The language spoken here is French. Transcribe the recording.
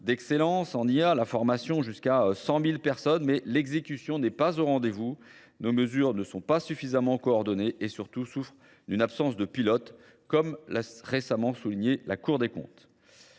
d'excellence en IA, la formation jusqu'à 100 000 personnes, mais l'exécution n'est pas au rendez-vous, nos mesures ne sont pas suffisamment coordonnées et surtout souffrent d'une absence de pilote, comme l'a récemment souligné la Cour des comptes.